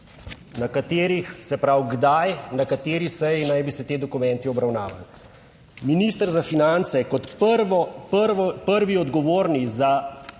na katerih, se pravi, kdaj, na kateri seji naj bi se ti dokumenti obravnavali. Minister za finance, kot prvo, prvi odgovorni za